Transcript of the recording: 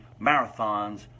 marathons